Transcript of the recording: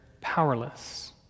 powerless